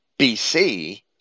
BC